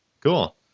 Cool